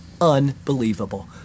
Unbelievable